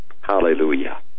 hallelujah